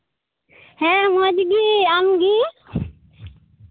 ᱦᱮᱸ ᱢᱚᱡᱽ ᱜᱮ ᱟᱢᱜᱮ